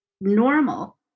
normal